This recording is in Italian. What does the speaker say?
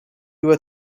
due